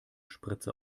spritze